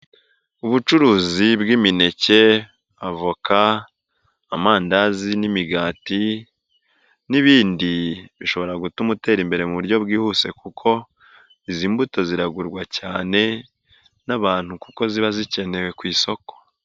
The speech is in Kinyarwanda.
Ubucuruzi: bw'imineke, avoka, amandazi n'imigati n'ibindi; bishobora gutuma utera imbere mu buryo bwihuse kuko izi mbuto ziragurwa cyane n'abantu kuko ziba zikenewe ku isoko.